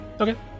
Okay